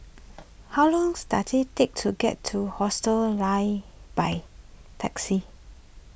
how longs does it take to get to Hostel Lah by taxi